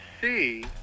see